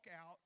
out